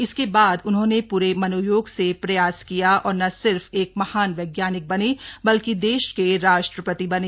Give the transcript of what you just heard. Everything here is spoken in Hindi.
इसके बाद उन्होंने पूरे मनोयोग से प्रयास किए और न सिर्फ एक महान वैज्ञानिक बने बल्कि देश के राष्ट्रपति बने